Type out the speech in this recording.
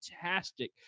fantastic